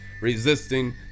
resisting